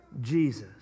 Jesus